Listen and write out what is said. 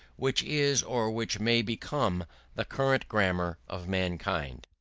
which is or which may become the current grammar of mankind.